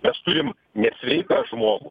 mes turim nesveiką žmogų